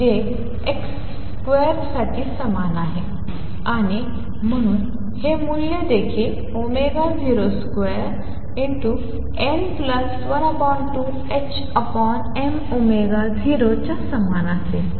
जे x2 साठी समान आहे आणि म्हणून हे मूल्य देखील 02n12m0 च्या समान असेल